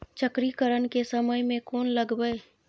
चक्रीकरन के समय में कोन लगबै?